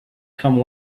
come